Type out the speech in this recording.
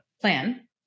plan